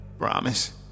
Promise